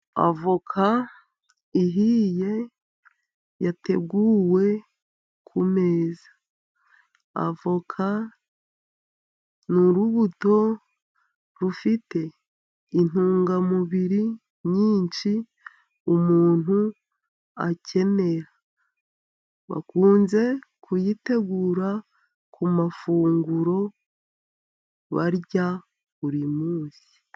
Avoka ihiye yateguwe ku meza, avoka ni urubuto rufite intungamubiri nyinshi umuntu akenera. Bakunze kuyitegura ku mafunguro barya buri munsi.